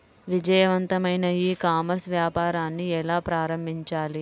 విజయవంతమైన e commerce వ్యాపారాన్ని ఎలా ప్రారంభించాలి?